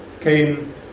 came